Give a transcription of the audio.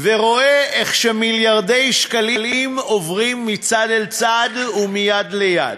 ורואה איך מיליארדי שקלים עוברים מצד לצד ומיד ליד.